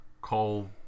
call